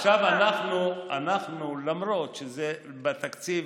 למרות שזה בתקציב